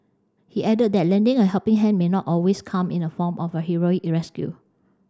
he added that lending a helping hand may not always come in the form of a heroic rescue